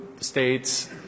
states